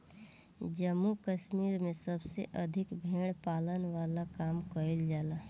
जम्मू कश्मीर में सबसे अधिका भेड़ पालन वाला काम कईल जाला